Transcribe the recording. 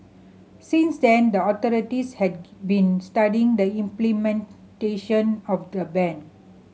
since then the authorities had been studying the implementation of the ban